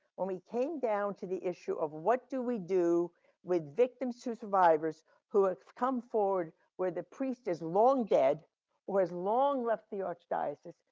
when we came down to the issue of what do we do with victims to survivors who have come forward where the priest is long dead or has long left the archdiocese.